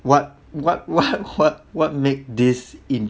what what what what what make this in~